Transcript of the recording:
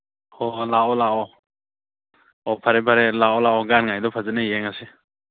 ꯍꯣ ꯍꯣ ꯂꯥꯛꯑꯣ ꯂꯥꯛꯑꯣ ꯑꯣ ꯐꯔꯦ ꯐꯔꯦ ꯂꯥꯛꯑꯣ ꯂꯥꯛꯑꯣ ꯒꯥꯟꯉꯥꯏꯗꯣ ꯐꯖꯅ ꯌꯦꯡꯉꯁꯤ